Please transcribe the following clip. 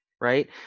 right